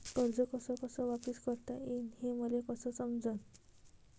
कर्ज कस कस वापिस करता येईन, हे मले कस समजनं?